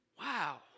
Wow